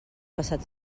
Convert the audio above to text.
passat